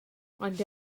ond